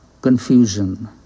Confusion